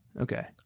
Okay